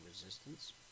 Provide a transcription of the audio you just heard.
resistance